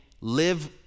live